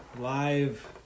live